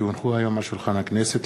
כי הונחו היום על שולחן הכנסת,